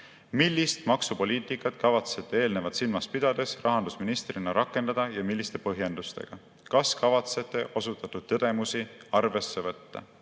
Millist maksupoliitikat kavatsete eelnevat silmas pidades rahandusministrina rakendada ja milliste põhjendustega? Kas kavatsete osutatud tõdemusi arvesse võtta?